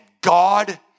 God